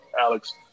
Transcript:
Alex